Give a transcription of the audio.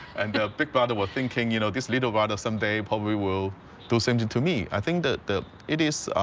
and big brother were thinking, you know, this little brother someday probably will do something to me. i think that the. it is.